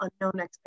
unknown